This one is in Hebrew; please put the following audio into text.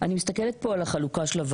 מסתכלת בהצעה שפה על